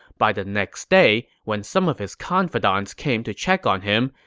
by the next day, when some of his confidants came to check on him,